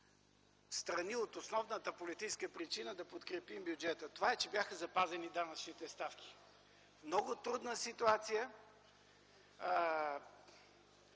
встрани от основната политическа причина да подкрепим бюджета. Това е, че бяха запазени данъчните ставки. Правителството